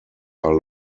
are